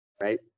right